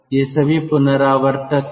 ये सभी रिकूपरेटर हैं